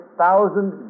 thousand